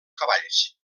cavalls